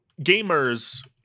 gamers